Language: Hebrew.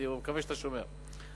אני מקווה שאתה שומע.